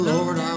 Lord